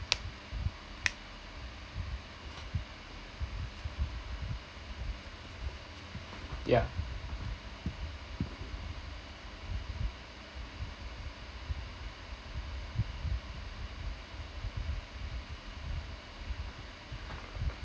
yeah